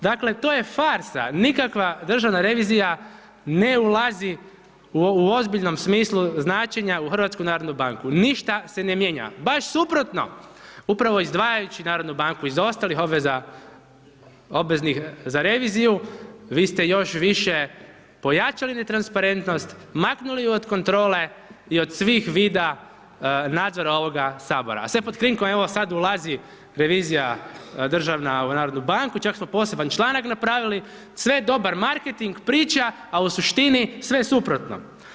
Dakle to je farsa, nikakva državna revizija ne ulazi u ozbiljnom smislu značenja u NHB, ništa se ne mijenja baš suprotno upravo izdvajajući narodnu banku iz ostalih obveza obveznih za reviziju vi ste još više pojačali netransparentnost, maknuli ju od kontrole i od svih vida nadzora ovoga sabora, a sve pod krinkom evo sad ulazi revija državna u narodnu banku, čak smo poseban članak napravili, sve dobar marketing, priča, a u suštini sve suprotno.